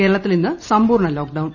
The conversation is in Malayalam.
കേരളത്തിൽ ഇന്ന് സമ്പൂർണ ലോക്ഡൌൺ